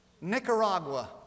Nicaragua